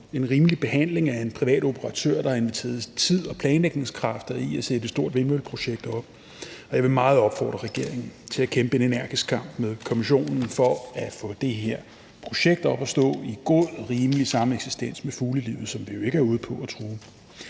en rimelig behandling af en privat operatør, som har investeret tid og planlægningskræfter i at sætte et stort vindmølleprojekt op. Og jeg vil meget gerne opfordre regeringen til at kæmpe en energisk kamp med Kommissionen for at få det her projekt op at stå i god, rimelig sameksistens med fuglelivet, som vi jo ikke er ude på at true.